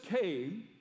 came